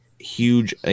Huge